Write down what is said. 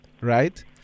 right